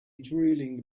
drilling